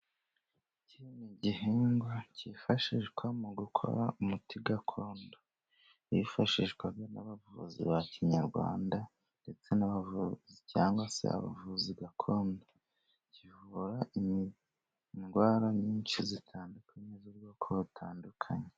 Iki ni igihingwa cyifashishwa mu gukora umuti gakondo. Cyifashishwa n'abavuzi ba kinyarwanda cyangwa se abavuzi gakondo. Kivura indwara nyinshi zitandukanye z'ubwoko butandukanye.